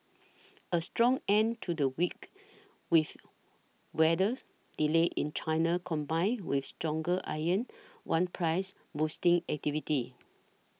a strong end to the week with weather delays in China combined with stronger iron one prices boosting activity